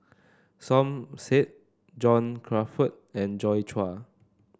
Som Said John Crawfurd and Joi Chua